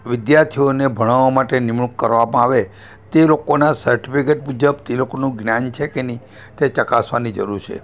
વિદ્યાર્થીઓને ભણાવવા માટે નિમણૂક કરવામાં આવે તે લોકોનાં સર્ટિફિકેટ મુજબ તે લોકોનું જ્ઞાન છે કે નહીં તે ચકાસવાની જરૂર છે